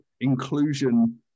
inclusion